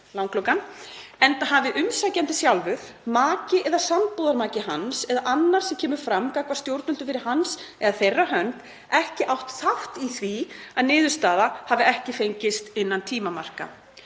langlokan: „enda hafi umsækjandi sjálfur, maki eða sambúðarmaki hans eða annar sem kemur fram gagnvart stjórnvöldum fyrir hans eða þeirra hönd ekki átt þátt í því að niðurstaða hafi ekki fengist innan tímamarka.